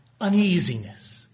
uneasiness